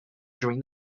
during